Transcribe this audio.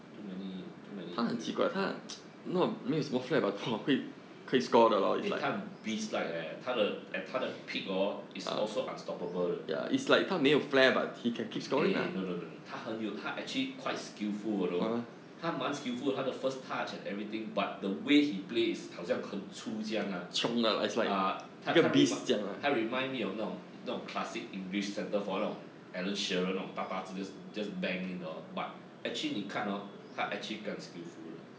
too many too many injury eh 他很 beast like leh 他的 at 他的 peak orh is also unstoppable 的 eh no no no no 他很有他 actually quite skillful you know unskillful 他蛮 skillful 他的 touch and everything but the way he play is 好像很粗这样 ah uh 他他 remark 他 remind me of 那种那种 classic english centre four 那种 alan shearer 那种大大字 just bang in orh but actually 你看 orh 他 actually 干 skillful 的